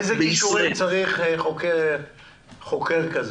אילו כישורים צריך חוקר כזה?